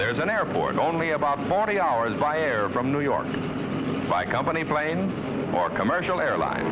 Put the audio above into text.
there's an airport only about forty hours by air from new york by company planes for commercial airline